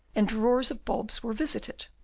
and drawers of bulbs were visited,